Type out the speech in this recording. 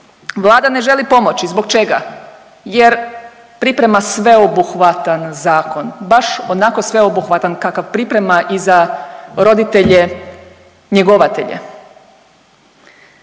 Vlada ne želi pomoći. Zbog čega? Jer priprema sveobuhvatan zakon, baš onako sveobuhvatan kakav priprema i za roditelje njegovatelje.